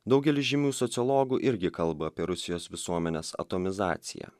daugelis žymių sociologų irgi kalba apie rusijos visuomenės atomizaciją